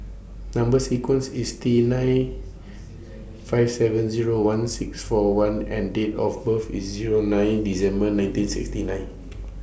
Number sequence IS T nine five seven Zero one six four one and Date of birth IS Zero nine December nineteen sixty nine